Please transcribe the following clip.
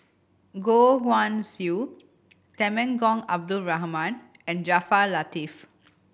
Goh Guan Siew Temenggong Abdul Rahman and Jaafar Latiff